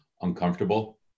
uncomfortable